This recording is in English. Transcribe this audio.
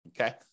Okay